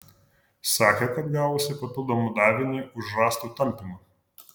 sakė kad gavusi papildomą davinį už rąstų tampymą